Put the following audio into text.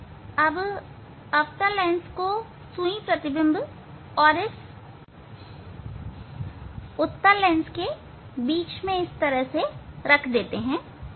अब अवतल लेंस को सुई प्रतिबिंब और उत्तल लेंस के बीच में रख देता हूं